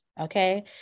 okay